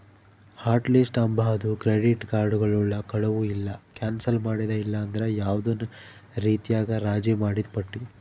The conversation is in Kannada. ಹಾಟ್ ಲಿಸ್ಟ್ ಅಂಬಾದು ಕ್ರೆಡಿಟ್ ಕಾರ್ಡುಗುಳ್ನ ಕಳುವು ಇಲ್ಲ ಕ್ಯಾನ್ಸಲ್ ಮಾಡಿದ ಇಲ್ಲಂದ್ರ ಯಾವ್ದನ ರೀತ್ಯಾಗ ರಾಜಿ ಮಾಡಿದ್ ಪಟ್ಟಿ